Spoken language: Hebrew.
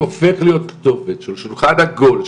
הופך להיות כתובת של שולחן עגול,